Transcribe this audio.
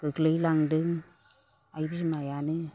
गोग्लैलांदों आइ बिमायानो